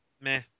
Meh